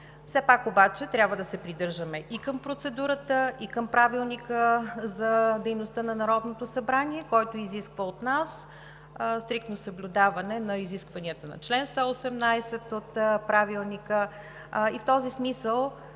Все пак обаче трябва да се придържаме и към процедурата, и към Правилника за организацията и дейността на Народното събрание, който изисква от нас стриктно съблюдаване на изискванията на чл. 118 от Правилника. В този смисъл